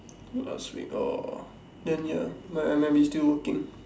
last week orh then ya I I might be still working